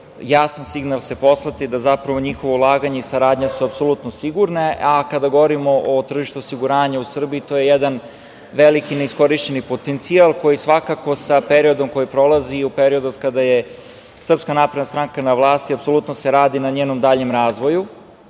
jasan signal se poslati da zapravo njihovo ulaganje i saradnja su apsolutno sigurne. Kada govorimo o tržištu osiguranja u Srbiji, to je jedan veliki i neiskorišćen potencijal koji svakako sa periodom koji prolazi i u periodu od kada je SNS na vlasti apsolutno se radi na njenom daljem razvoju,